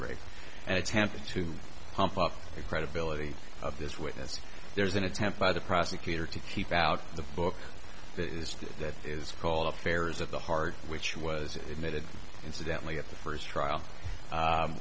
rape and attempted to pump up the credibility of this witness there's an attempt by the prosecutor to keep out the folk that is that is called affairs of the heart which was emitted incidentally at the first trial